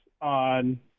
on –